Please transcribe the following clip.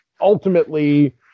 ultimately